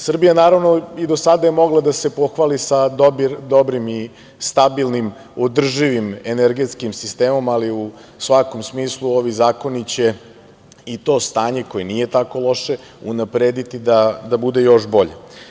Srbija naravno i do sada je mogla da se pohvali sa dobrim i stabilnim, održivim energetskim sistemom, ali u svakom smislu ovi zakoni će i to stanje koje nije tako loše, unaprediti da bude još bolje.